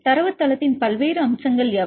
தரவுத்தளத்தின் பல்வேறு அம்சங்கள் யாவை